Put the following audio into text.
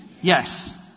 Yes